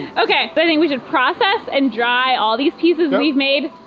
okay, i think we should process and dry all these pieces we've made,